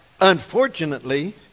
unfortunately